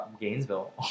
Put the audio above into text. Gainesville